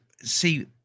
see